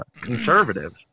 conservatives